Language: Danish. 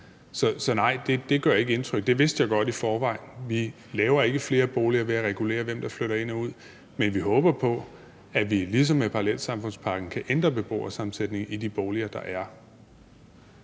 Så nej, det gør ikke indtryk, for det vidste jeg godt i forvejen. Vi laver ikke flere boliger ved at regulere, hvem der flytter ind og ud, men vi håber på, at vi ligesom med parallelsamfundspakken kan ændre beboersammensætningen i de boliger, der er.